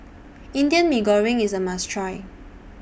Indian Mee Goreng IS A must Try